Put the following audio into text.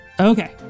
Okay